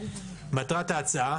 מטרת ההצעה